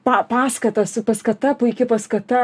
pa paskata su paskata puiki paskata